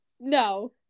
No